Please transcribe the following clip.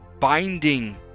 binding